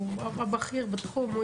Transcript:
הוא הבכיר בתחום,